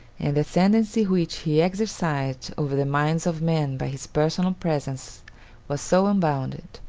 and the ascendency which he exercised over the minds of men by his personal presence was so unbounded,